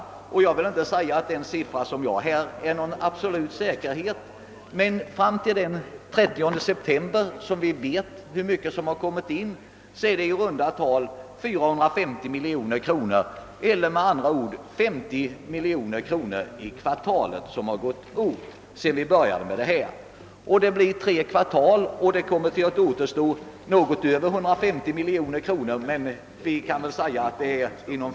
Sedan denna verksamhet började har det fram till den 30 september gått åt i runda tal 450 miljoner kronor eller 50 miljoner kronor i kvartalet. Tre kvartal återstår fortfarande, och för dem skulle det alltså åtgå 150 miljoner kronor.